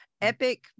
epic